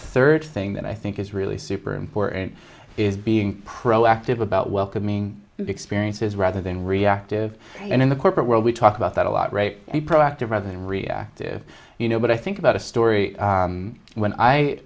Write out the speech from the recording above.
third thing that i think is really super important is being proactive about welcoming experiences rather than reactive and in the corporate world we talk about that a lot right be proactive rather than reactive you know but i think about a story when i